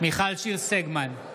מיכל שיר סגמן,